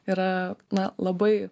yra na labai